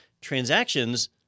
Transactions